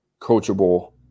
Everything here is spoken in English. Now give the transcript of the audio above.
coachable